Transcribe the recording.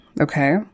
Okay